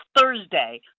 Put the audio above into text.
Thursday